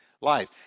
life